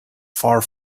far